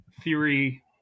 theory